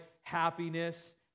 happiness